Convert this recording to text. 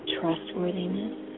trustworthiness